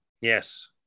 Yes